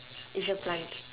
is a plant